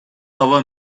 hava